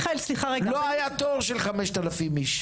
לא היה תור של 5,000 איש.